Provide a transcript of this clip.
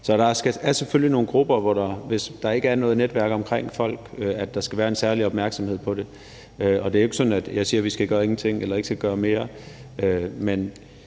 Så der er selvfølgelig nogle grupper, som der, hvis der ikke er noget netværk omkring de mennesker, skal være en særlig opmærksomhed på. Det er jo ikke sådan, at jeg siger, at vi skal gøre ingenting, eller at vi ikke skal gøre mere,